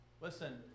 Listen